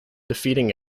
defeating